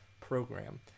program